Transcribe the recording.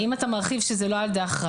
אם אתה מרחיב שזה לא על ידי אחראי,